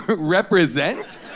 represent